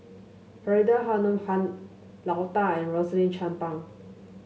Faridah Hanum Han Lao Da and Rosaline Chan Pang